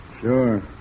Sure